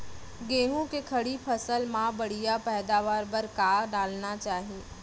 गेहूँ के खड़ी फसल मा बढ़िया पैदावार बर का डालना चाही?